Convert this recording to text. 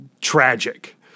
tragic